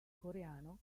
coreano